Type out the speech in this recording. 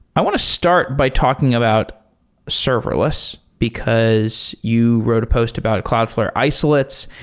i want to start by talking about serverless, because you wrote a post about cloudflare isolate.